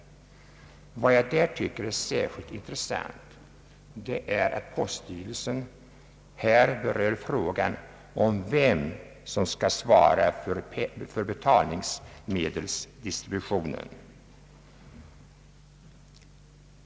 Vad som särskilt intresserar är att poststyrelsen här berör frågan om vem som skall svara för betalningsmedelsdistributionen.